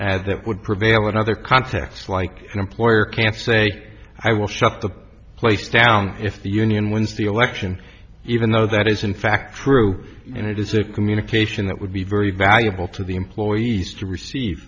and that would prevail in other contexts like an employer can't say i will shut the place down if the union wins the election even though that is in fact true and it is a communication that would be very valuable to the employees to receive